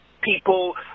people